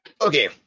okay